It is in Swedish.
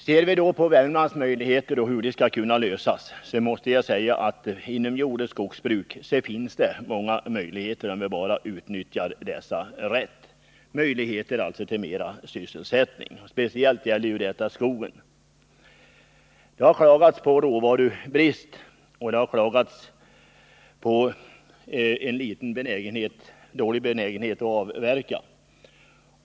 Om man ser på Värmlands möjligheter och hur problemen skall kunna lösas måste man säga att det finns många möjligheter inom jordoch skogsbruket, om dessa bara utnyttjas rätt. Det gäller möjligheter till mer sysselsättning, speciellt inom skogsbruket. Det har klagats på råvarubrist och på dålig benägenhet att avverka.